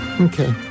Okay